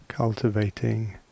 cultivating